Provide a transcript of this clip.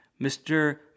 Mr